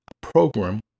program